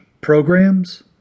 programs